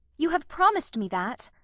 you have promised me that?